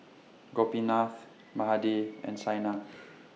Gopinath Mahade and Saina